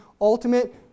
ultimate